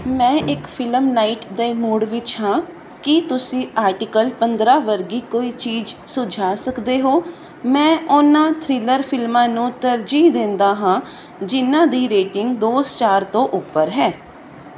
ਮੈਂ ਇੱਕ film night ਦੇ ਮੂਡ ਵਿੱਚ ਹਾਂ ਕੀ ਤੁਸੀਂ ਆਰਟੀਕਲ ਪੰਦਰ੍ਹਾਂ ਵਰਗੀ ਕੋਈ ਚੀਜ਼ ਸੁਝਾ ਸਕਦੇ ਹੋ ਮੈਂ ਉਹਨਾਂ ਥ੍ਰਿਲਰ ਫਿਲਮਾਂ ਨੂੰ ਤਰਜੀਹ ਦਿੰਦਾ ਹਾਂ ਜਿਨ੍ਹਾਂ ਦੀ ਰੇਟਿੰਗ ਦੋ ਸਟਾਰ ਤੋਂ ਉੱਪਰ ਹੈ